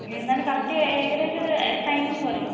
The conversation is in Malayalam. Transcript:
എന്നാലും കറക്റ്റ് ഏകദേശം ഒരു ടൈം ഒന്ന് പറയാമോ